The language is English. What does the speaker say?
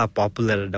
popular